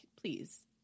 please